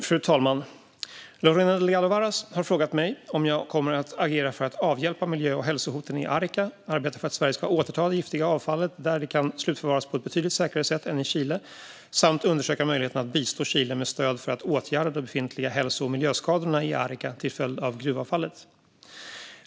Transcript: Fru talman! Lorena Delgado Varas har frågat mig om jag kommer att agera för att avhjälpa miljö och hälsohoten i Arica, arbeta för att Sverige ska återta det giftiga avfallet så att det kan slutförvaras på ett betydligt säkrare sätt än i Chile samt undersöka möjligheten att bistå Chile med stöd för att åtgärda de befintliga hälso och miljöskadorna i Arica till följd av gruvavfallet.